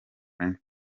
french